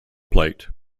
plate